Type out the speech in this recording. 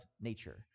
nature